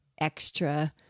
extra